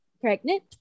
pregnant